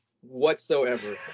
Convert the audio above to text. whatsoever